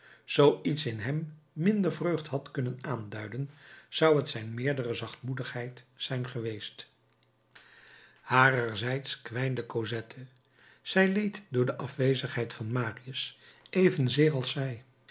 zoo iets in hem minder vreugd had kunnen aanduiden zou het zijn meerdere zachtmoedigheid zijn geweest harerzijds kwijnde cosette zij leed door de afwezigheid van marius evenzeer als zij